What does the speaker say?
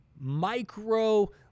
micro